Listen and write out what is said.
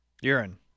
Urine